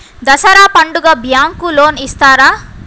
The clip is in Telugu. దసరా పండుగ బ్యాంకు లోన్ ఇస్తారా?